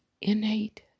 innate